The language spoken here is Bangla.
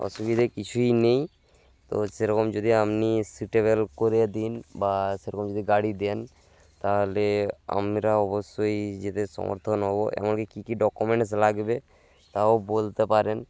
অসুবিধে কিছুই নেই তো সেরকম যদি আপনি সুটেবেল করে দিন বা সেরকম যদি গাড়ি দেন তাহলে আমরা অবশ্যই যেতে সমর্থন হবো এমনকি কী কী ডকুমেন্টস লাগবে তাও বলতে পারেন